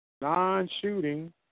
Non-shooting